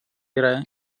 yra